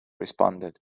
responded